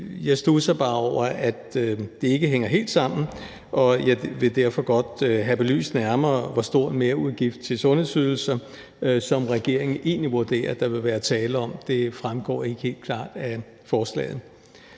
Jeg studser bare over, at det ikke hænger helt sammen, og jeg vil derfor godt have belyst nærmere, hvor stor en merudgift til sundhedsydelser regeringen egentlig vurderer der vil være tale om. Det fremgår ikke helt klart af forslaget.